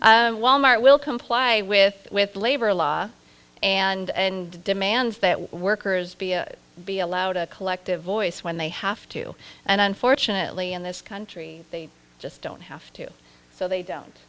and wal mart will comply with with labor law and demands that workers be allowed a collective voice when they have to and unfortunately in this country they just don't have to so they don't